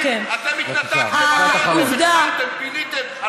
אתם התנתקתם, אתם פיניתם.